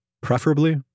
preferably